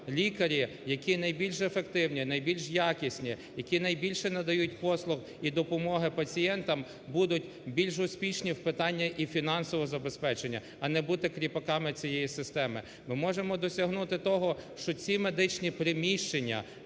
лікарі, які найбільш ефективні, найбільш якісні, які найбільше надають послуг і допомоги пацієнтам, будуть більш успішні в питаннях і фінансового забезпечення, а не бути кріпаками цієї системи. Ми можемо досягнути того, що ці медичні приміщення